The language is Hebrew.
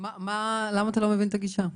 למה אתה לא מבין את הגישה?